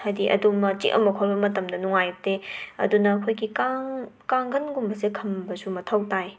ꯍꯥꯏꯗꯤ ꯑꯗꯨꯝ ꯃꯆꯦꯠ ꯑꯃꯈꯣ ꯃꯇꯝꯗ ꯅꯨꯡꯉꯥꯏꯇꯦ ꯑꯗꯨꯅ ꯑꯈꯣꯏꯒꯤ ꯀꯥꯡ ꯀꯥꯡꯒꯟꯒꯨꯝꯕꯁꯦ ꯈꯟꯕꯁꯨ ꯃꯊꯧ ꯇꯥꯏ